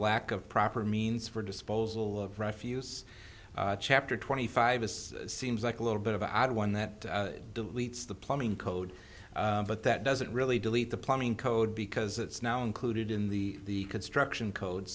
lack of proper means for disposal of refuse chapter twenty five as seems like a little bit of an odd one that deletes the plumbing code but that doesn't really delete the plumbing code because it's now included in the construction code